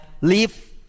leave